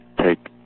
take